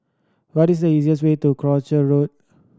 what is the easiest way to Croucher Road